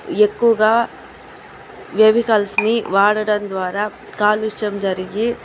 ఎక్కువగా వెహికల్స్ని వాడడం ద్వారా కాలుష్యం జరిగి